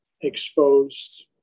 exposed